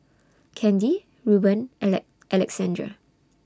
Kandy Ruben Alexandre